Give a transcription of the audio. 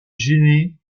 gêné